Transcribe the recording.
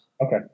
Okay